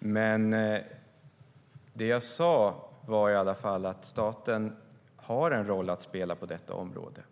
inlägg. Det jag sa var att staten har en roll att spela på detta område.